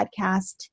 podcast